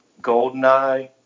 Goldeneye